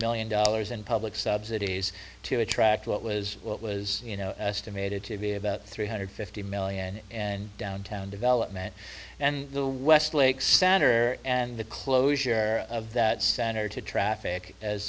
million dollars in public subsidies to attract what was what was you know estimated to be about three hundred fifty million and downtown development and the westlake stander and the closure of that center to traffic as